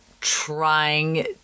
trying